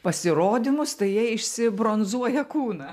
pasirodymus tai jie išsibronzuoja kūną